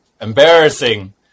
embarrassing